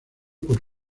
por